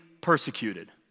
persecuted